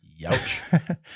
Yowch